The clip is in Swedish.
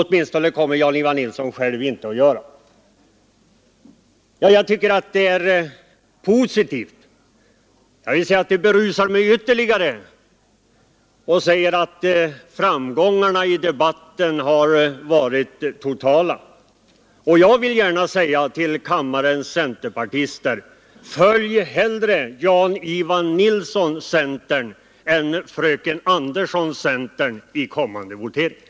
Åtminstone kommer herr Nilsson själv inte att göra det. Jag tycker att det är positivt, det gläder mig ytterligare — framgångarna i debatten har varit totala! Och jag vill gärna säga till kammarens centerpartister: Följ hellre herr Nilsson i Tvärålund än fröken Andersson i kommande voteringar.